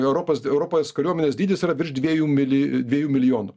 europos europos kariuomenės dydis yra virš dviejų mili dviejų milijonų